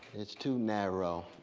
it's too narrow.